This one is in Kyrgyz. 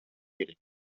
керек